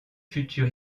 futur